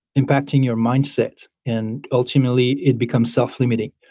impacting your mindset and ultimately it becomes self limiting.